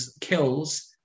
kills